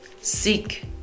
Seek